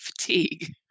fatigue